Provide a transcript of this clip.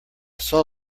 saw